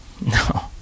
No